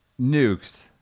nukes